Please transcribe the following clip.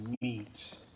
meet